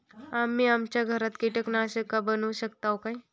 आम्ही आमच्या घरात कीटकनाशका बनवू शकताव काय?